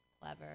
clever